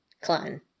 clan